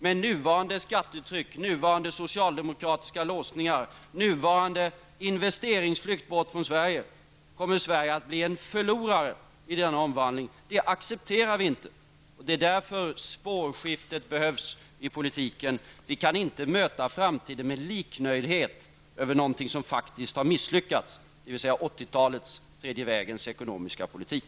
Med nuvarande skattetryck, nuvarande socialdemokratiska låsningar och nuvarande investeringsflykt från Sverige kommer Sverige att bli en förlorare i denna omvandling. Det accepterar vi inte, och det är därför som det behövs ett spårskifte i politiken. Vi kan inte möta framtiden med liknöjdhet inför någonting som faktiskt har misslyckats, dvs. 80-talets, den tredje vägens, ekonomiska politik.